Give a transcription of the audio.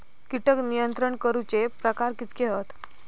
कीटक नियंत्रण करूचे प्रकार कितके हत?